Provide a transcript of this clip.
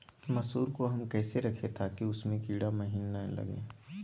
मसूर को हम कैसे रखे ताकि उसमे कीड़ा महिना लगे?